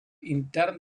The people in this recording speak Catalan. intern